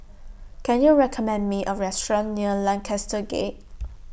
Can YOU recommend Me A Restaurant near Lancaster Gate